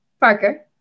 Parker